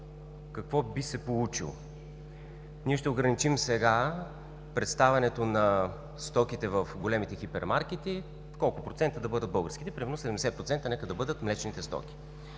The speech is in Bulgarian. какво би се случило? Ние ще ограничим сега представянето на стоките в големите хипермаркети, колко процента да бъдат българските – примерно 70% нека да бъдат млечните стоки.